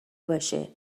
باشه